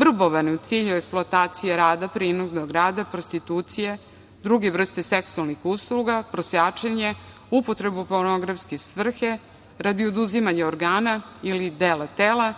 vrbovane u cilju eksploatacije rada, prinudnog rada, prostitucije, druge vrste seksualnih usluga, prosjačenje, upotrebu u pornografske svrhe, radi oduzimanja organa ili dela tela,